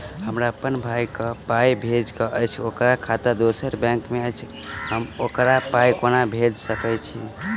हमरा अप्पन भाई कऽ पाई भेजि कऽ अछि, ओकर खाता दोसर बैंक मे अछि, हम ओकरा पाई कोना भेजि सकय छी?